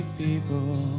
people